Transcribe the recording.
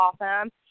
awesome